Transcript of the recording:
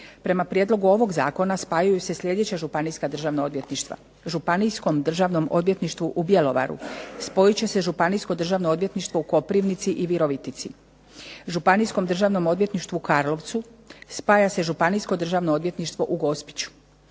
Prema prijedlogu ovog zakona spajaju se sljedeća županijska državna odvjetništva Županijskom državnom odvjetništvu u Bjelovaru spojit će se Županijsko državno odvjetništvo u Koprivnici i Virovitici, Županijskom državnom odvjetništvu u Karlovcu spaja se Županijsko državno odvjetništvo u Gospiću,